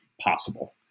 possible